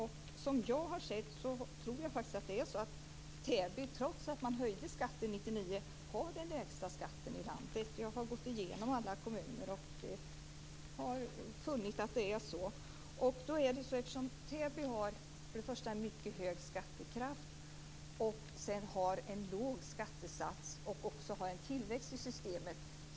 Jag tror faktiskt att Täby, trots att man höjde skatten för 1999, har den lägsta skatten i landet. Jag har gått igenom alla kommuner och har funnit att det är så. Först och främst har Täby en mycket hög skattekraft, en låg skattesats och en tillväxt i systemet.